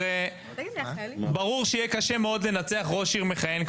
הרי ברור שיהיה קשה מאוד לנצח ראש עיר מכהן,